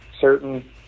certain